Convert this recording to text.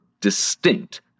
distinct